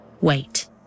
Wait